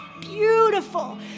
beautiful